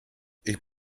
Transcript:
ich